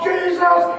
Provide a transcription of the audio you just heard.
Jesus